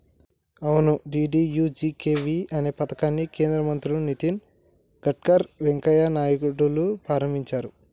అవును డి.డి.యు.జి.కే.వై అనే పథకాన్ని కేంద్ర మంత్రులు నితిన్ గడ్కర్ వెంకయ్య నాయుడులు ప్రారంభించారు